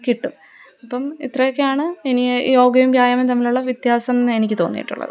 കിട്ടും അപ്പോള് ഇത്രൊക്കെയാണ് ഇനി യോഗയും വ്യായാമവും തമ്മിലുള്ള വ്യത്യാസമെന്ന് എനിക്കു തോന്നിയിട്ടുള്ളത്